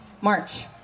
March